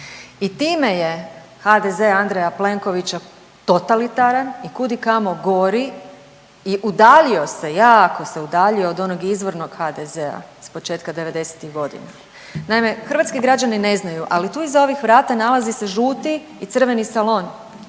i time je HDZ Andreja Plenkovića totalitaran i kud i kamo gori i udaljio se, jako se udaljio od onog izvornog HDZ-a s početka 90-tih godina. Naime, hrvatski građani ne znaju, ali tu iza ovih vrata nalazi se žuti i crveni salon.